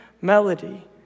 melody